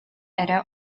эрэ